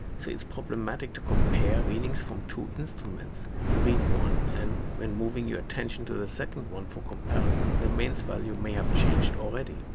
so its problematic to compare readings from two instruments. you read one, and when moving your attention to the second one for comparison, the mains value may have changed already.